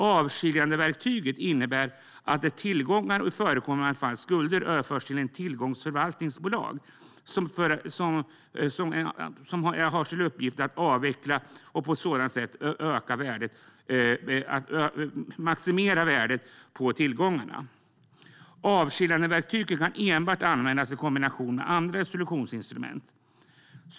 Avskiljandeverktyget innebär att tillgångar och i förekommande fall skulder överförs till ett tillgångsförvaltningsbolag som har till uppgift att avveckla på ett sådant sätt att värdet på tillgångarna maximeras. Avskiljandeverktyget kan enbart användas i kombination med andra resolutionsinstrument.